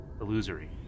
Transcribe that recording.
illusory